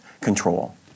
control